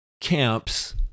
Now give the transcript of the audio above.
camps